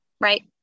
Right